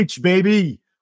baby